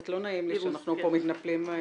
קצת לא נעים לי שאנחנו פה מתנפלים עלייך.